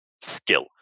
Skill